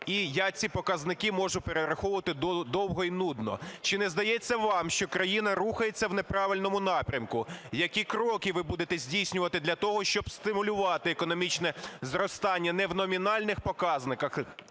І я ці показники можу перераховувати довго і нудно. Чи не здається вам, що країна рухається в неправильному напрямку? Які кроки ви будете здійснювати для того, щоб стимулювати економічне зростання не в номінальних показниках,